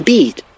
Beat